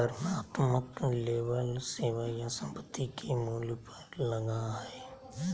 वर्णनात्मक लेबल सेवा या संपत्ति के मूल्य पर लगा हइ